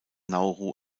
nauru